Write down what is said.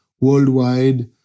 worldwide